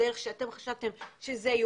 יש לנו מאות דיווחים של תושבים שפנו